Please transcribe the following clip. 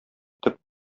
төп